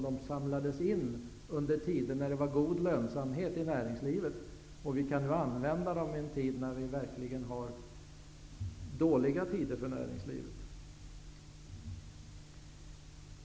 Det samlades in under tider med god lönsamhet i näringslivet, och vi kan nu använda det under en tid när det verkligen är dåliga tider för näringslivet.